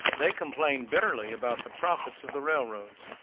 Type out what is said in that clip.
they complained bitterly about the profits of the railroads.